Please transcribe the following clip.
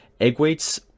Eggweights